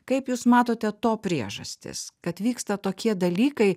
kaip jūs matote to priežastis kad vyksta tokie dalykai